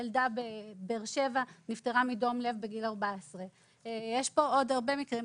ילדה בבאר שבע נפטרה מדום לב והיא הייתה בת 14. יש עוד הרבה מקרים.